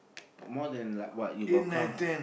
more than like what you got count